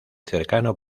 cercano